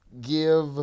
give